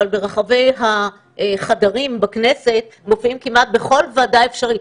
אבל ברחבי החדרים בכנסת מופיעים כמעט בכל ועדה אפשרית,